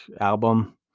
album